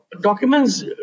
Documents